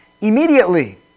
immediately